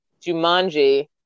Jumanji